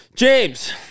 James